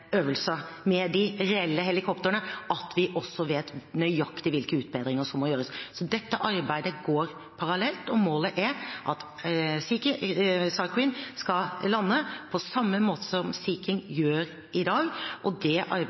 med de reelle helikoptrene, at vi også vet nøyaktig hvilke utbedringer som må gjøres. Dette arbeidet går parallelt, og målet er at SAR Queen skal lande på samme måte som Sea King gjør i dag. Det arbeidet pågår, og